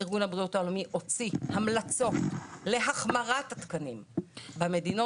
ארגון הבריאות העולמי הוציא המלצות להחמרת התקנים במדינות.